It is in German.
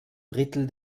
drittel